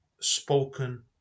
spoken